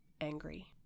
angry